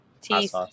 Teeth